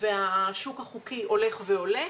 והשוק החוקי עולה,